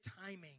timing